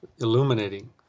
illuminating